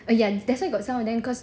uh ya that's why got some of them cause